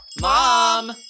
Mom